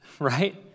right